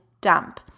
dump